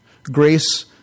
Grace